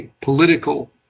political